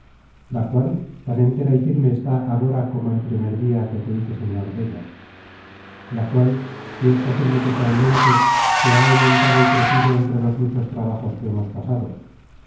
la cual tan entera y firme está agora como el primer dia que te hice señor della la cual si es posible que se aumente se ha aumentado y crecido entre los muchos trabajos que hemos pasado